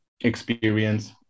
experience